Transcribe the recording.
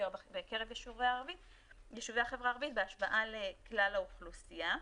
בקרב יישובי החברה הערבית בהשוואה לכלל האוכלוסייה.